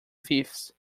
thieves